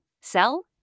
sell